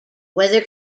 weather